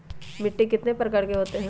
मिट्टी कितने प्रकार के होते हैं?